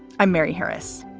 i'm mary harris.